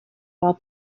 while